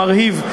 המרהיב,